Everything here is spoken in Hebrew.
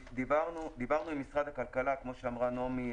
דיברנו עם משרד הכלכלה, כמו שאמרה נעמי.